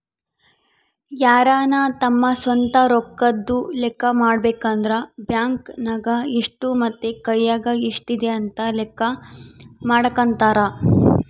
ಯಾರನ ತಮ್ಮ ಸ್ವಂತ ರೊಕ್ಕದ್ದು ಲೆಕ್ಕ ಮಾಡಬೇಕಂದ್ರ ಬ್ಯಾಂಕ್ ನಗ ಎಷ್ಟು ಮತ್ತೆ ಕೈಯಗ ಎಷ್ಟಿದೆ ಅಂತ ಲೆಕ್ಕ ಮಾಡಕಂತರಾ